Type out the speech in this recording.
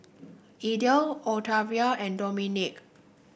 Idell Octavia and Dominik